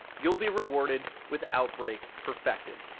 you'll be rewarded with outbreak perfected.